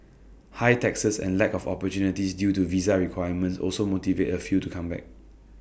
high taxes and lack of opportunities due to visa requirements also motivate A few to come back